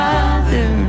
Father